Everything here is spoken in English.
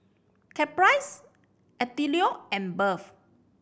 Caprice Attilio and Berth